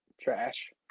Trash